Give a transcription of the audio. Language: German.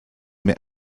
mir